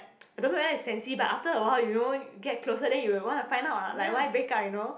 I don't know whether it's sensi but after awhile you know get closer then you will wanna find out lah like why break up you know